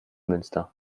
münster